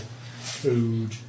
food